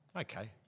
Okay